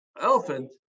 Elephant